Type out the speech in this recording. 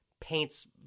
paints